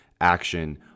action